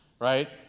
right